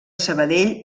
sabadell